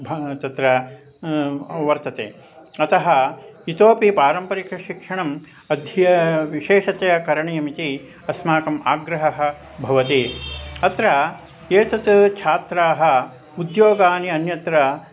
भावः तत्र वर्तते अतः इतोपि पारम्परिकशिक्षणम् अद्य विशेषतया करणीयमिति अस्माकम् आग्रहः भवति अत्र एतत् छात्राः उद्योगानि अन्यत्र